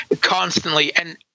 constantly—and